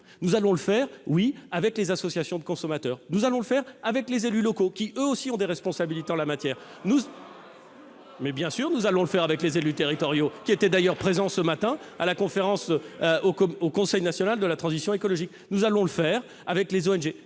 nous allons le faire, oui, avec les associations de consommateurs ; nous allons le faire avec les élus locaux, qui eux aussi ont des responsabilités en la matière. Mais bien sûr, nous allons le faire avec les élus territoriaux, qui étaient d'ailleurs présents ce matin au Conseil national de la transition écologique. Nous allons le faire avec les ONG,